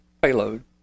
payload